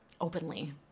openly